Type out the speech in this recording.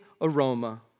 aroma